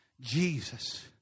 Jesus